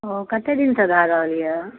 हॅं कते दिन सॅं भय रहल अछि